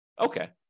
Okay